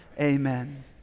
Amen